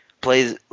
plays